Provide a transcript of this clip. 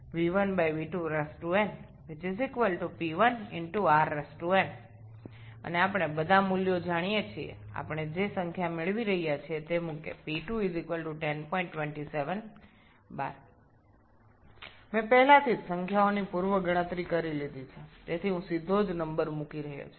𝑃2 𝑃1 v1v2n𝑃1 rn এবং আমরা সমস্ত মান জানি তাই আমরা যে সংখ্যা পাচ্ছি তা প্রতিস্থাপন করে পাই 𝑃2 1027 𝑏𝑎𝑟 আমি ইতিমধ্যে সংখ্যাগুলি প্রাক গণনা করেছি তাই আমি কেবল সংখ্যাগুলি সরাসরি বসাচ্ছি